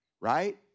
right